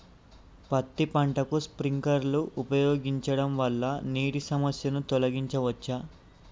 పత్తి పంటకు స్ప్రింక్లర్లు ఉపయోగించడం వల్ల నీటి సమస్యను తొలగించవచ్చా?